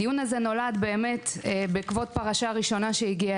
הדיון הזה נולד בעקבות פרשה ראשונה שהגיעה